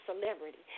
celebrity